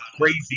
crazy